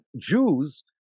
Jews